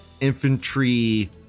infantry